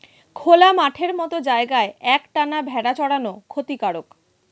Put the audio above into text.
খোলা মাঠের মত জায়গায় এক টানা ভেড়া চরানো ক্ষতিকারক